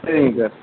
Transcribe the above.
சரிங்க சார்